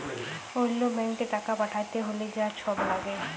অল্য ব্যাংকে টাকা পাঠ্যাতে হ্যলে যা ছব ল্যাগে